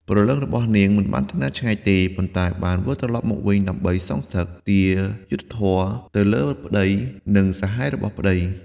ព្រលឹងរបស់នាងមិនបានទៅណាឆ្ងាយទេ ប៉ុន្តែបានវិលត្រឡប់មកវិញដើម្បី សងសឹក ទារយុត្តិធម៌ ទៅលើប្ដី និងសាហាយរបស់ប្តី។